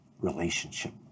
relationship